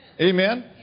Amen